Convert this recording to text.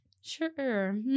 Sure